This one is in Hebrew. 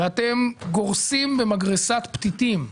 ואתם גורסים במגרסת פתיתים,